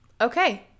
okay